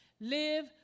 Live